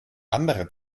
andere